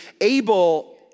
Abel